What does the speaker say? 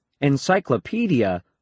Encyclopedia